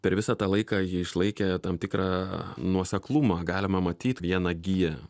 per visą tą laiką ji išlaikė tam tikrą nuoseklumą galima matyt vieną giją